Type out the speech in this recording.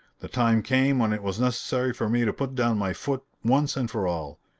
the time came when it was necessary for me to put down my foot once and for all.